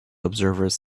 observers